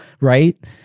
Right